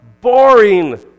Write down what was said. boring